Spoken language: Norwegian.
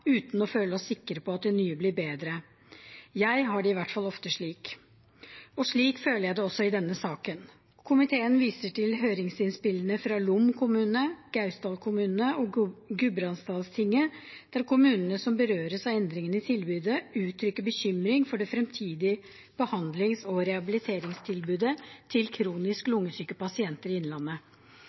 uten å føle oss sikre på at det nye blir bedre. Jeg har det i hvert fall ofte slik. Og slik føler jeg det også i denne saken. Komiteen viser til høringsinnspillene fra Lom kommune, Gausdal kommune og Gudbrandsdalstinget, der kommunene som berøres av endringene i tilbudet, uttrykker bekymring for det fremtidige behandlings- og rehabiliteringstilbudet til kronisk lungesyke pasienter i Innlandet.